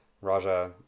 Raja